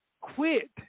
quit